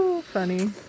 Funny